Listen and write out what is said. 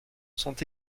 sont